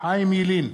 חיים ילין,